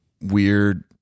weird